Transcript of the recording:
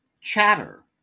Chatter